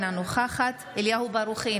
אינה נוכחת אליהו ברוכי,